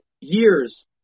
years